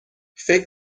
فکر